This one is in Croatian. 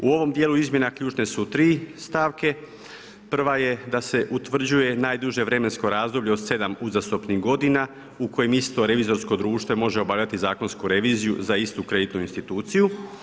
U ovom dijelu izmjena ključne su tri stavke prva je da se utvrđuje najduže vremensko razdoblje od 7 uzastopnih godina u kojem isto revizorsko društvo može obavljati zakonsku reviziju za istu kreditnu instituciju.